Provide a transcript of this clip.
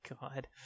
god